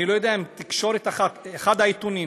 אחד העיתונים